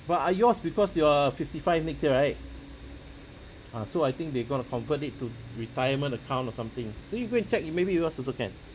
but ah yours because you're fifty five next year right ah so I think they going to convert it to retirement account or something so you go and check you maybe yours also can